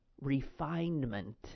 refinement